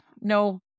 No